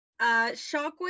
shockwave